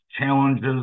challenges